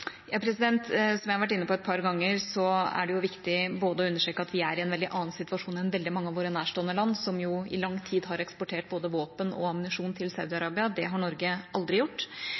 Som jeg har vært inne på et par ganger, er det viktig å understreke at vi er i en helt annen situasjon enn veldig mange av våre nærstående land som i lang tid har eksportert både våpen og ammunisjon til Saudi-Arabia. Det har Norge aldri gjort.